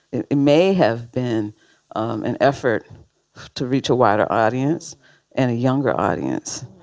it may have been an effort to reach a wider audience and a younger audience.